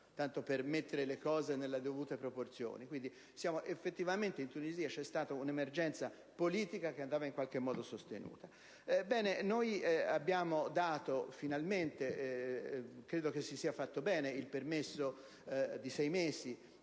tanto per mettere le cose nelle dovute proporzioni. Effettivamente in Tunisia c'è stata un'emergenza politica che andava in qualche modo sostenuta. Ebbene, noi abbiamo dato finalmente - credo che si sia fatto bene - il permesso di sei mesi